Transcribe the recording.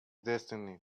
destiny